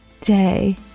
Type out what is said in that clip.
day